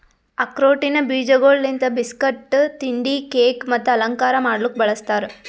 ಆಕ್ರೋಟಿನ ಬೀಜಗೊಳ್ ಲಿಂತ್ ಬಿಸ್ಕಟ್, ತಿಂಡಿ, ಕೇಕ್ ಮತ್ತ ಅಲಂಕಾರ ಮಾಡ್ಲುಕ್ ಬಳ್ಸತಾರ್